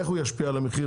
איך הוא ישפיע על המחיר?